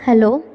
hello